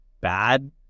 bad